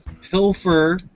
pilfer